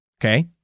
okay